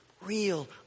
real